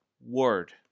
word